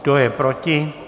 Kdo je proti?